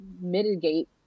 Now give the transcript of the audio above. mitigate